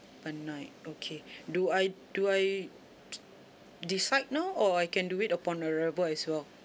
per night okay do I do I decide now or I can do it upon arrival as well